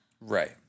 Right